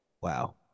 Wow